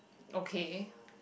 okay